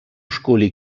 школі